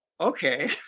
okay